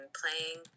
playing